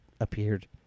appeared